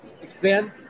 Expand